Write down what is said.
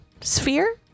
sphere